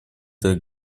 для